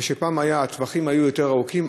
פעם הטווחים היו יותר ארוכים,